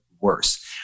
worse